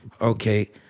okay